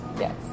Yes